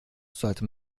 sollte